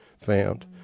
found